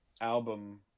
album